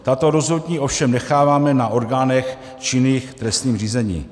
Tato rozhodnutí ovšem necháváme na orgánech činných v trestním řízení.